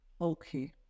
Okay